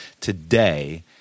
today